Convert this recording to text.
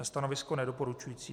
Stanovisko nedoporučující.